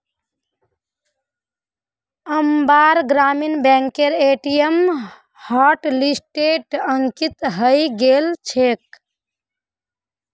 अम्मार ग्रामीण बैंकेर ए.टी.एम हॉटलिस्टत अंकित हइ गेल छेक